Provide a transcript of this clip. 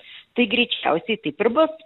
tai greičiausiai taip ir bus